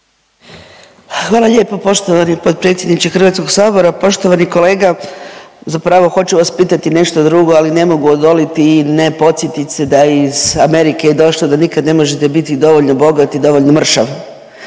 Hvala lijepo poštovani potpredsjedniče HS. Poštovani kolega, zapravo hoću vas pitati nešto drugo, ali ne mogu odoliti i ne podsjetit se da je iz Amerike došlo da nikad ne možete biti dovoljno bogat i dovoljno mršav i